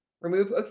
Remove